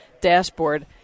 dashboard